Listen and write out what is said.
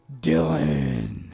Dylan